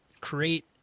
create